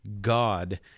God